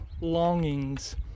longings